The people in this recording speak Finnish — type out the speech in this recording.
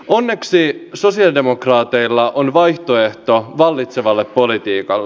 onneksi sosialidemokraateilla on vaihtoehto vallitsevalle politiikalle